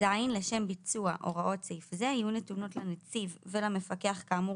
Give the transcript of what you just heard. "(ז)לשם ביצוע הוראות סעיף זה יהיו נתונות לנציב ולמפקח כאמור